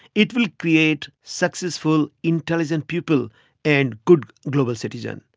it will create successful intelligent people and good global citizens.